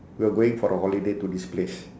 we're going for a holiday to this place